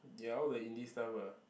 ya all the indie stuff lah